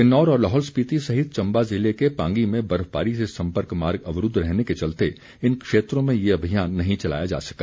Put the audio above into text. किन्नौर और लाहौल स्पीति सहित चम्बा ज़िले के पांगी में बर्फबारी से संपर्क मार्ग अवरूद्व रहने के चलते इन क्षेत्रों में ये अभियान नहीं चलाया जा सका